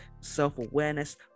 self-awareness